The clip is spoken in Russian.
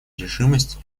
решимость